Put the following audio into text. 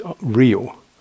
real